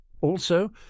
Also